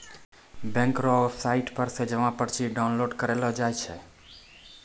bank रो website पर से जमा पर्ची डाउनलोड करेलो जाय छै